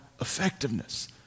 effectiveness